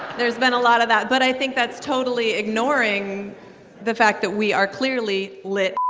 there's been a lot of that. but i think that's totally ignoring the fact that we are clearly lit